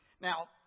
Now